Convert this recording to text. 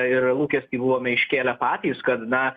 ir lūkestį buvome iškėlę patys kad na